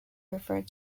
referred